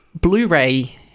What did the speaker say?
Blu-ray